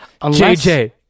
JJ